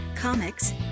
Comics